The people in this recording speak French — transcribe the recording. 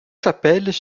chapelles